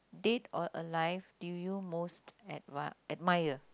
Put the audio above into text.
dead or alive do you most admir~ admire sorry